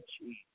Jesus